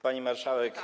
Pani Marszałek!